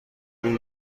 این